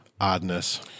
oddness